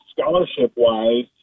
scholarship-wise